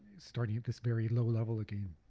starting at this very low level again.